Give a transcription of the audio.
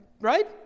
Right